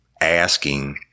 asking